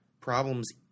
problems